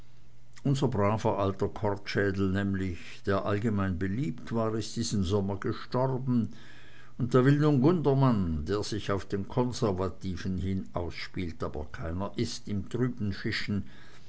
unser alter braver kortschädel nämlich der allgemein beliebt war ist diesen sommer gestorben und da will nun gundermann der sich auf den konservativen hin ausspielt aber keiner ist im trüben fischen